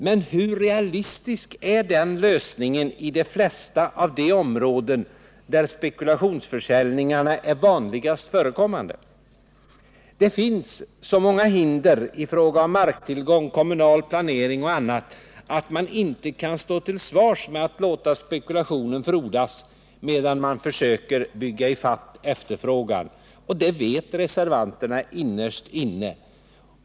Men hur realistisk är den lösningen i de flesta av de områden där spekulationsförsäljningarna är vanligast förekommande? Det finns så många hinder i fråga om marktillgång, kommunal planering och annat att man inte kan stå till svars med att låta spekulationen frodas medan man försöker bygga i fatt efterfrågan, och det vet reservanterna innerst inne.